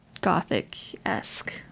gothic-esque